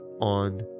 on